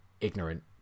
ignorant